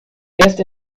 erst